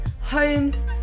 homes